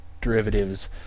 derivatives